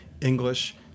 English